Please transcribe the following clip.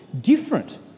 different